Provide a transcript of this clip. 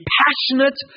passionate